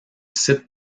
site